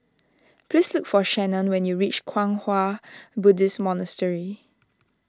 please look for Shannon when you reach Kwang Hua Buddhist Monastery